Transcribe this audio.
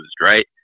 right